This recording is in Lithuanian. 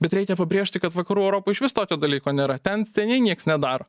bet reikia pabrėžti kad vakarų europoj išvis tokio dalyko nėra ten seniai niekas nedaro